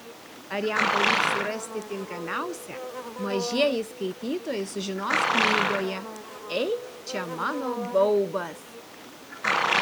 ar jam pavyks surasti tinkamiausią mažieji skaitytojai sužinos knygoje ei čia mano baubas